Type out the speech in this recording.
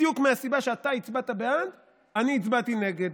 בדיוק מהסיבה שאתה הצבעת בעד, אני הצבעתי נגד.